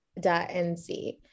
NC